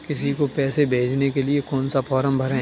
किसी को पैसे भेजने के लिए कौन सा फॉर्म भरें?